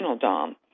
dom